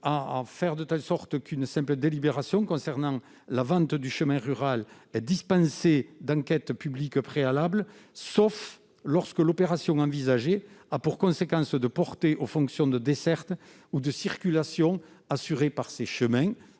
Il tend à prévoir que la délibération concernant la vente d'un chemin rural est dispensée d'enquête publique préalable, sauf lorsque l'opération envisagée a pour conséquence de porter atteinte aux fonctions de desserte ou de circulation assurées par ce chemin.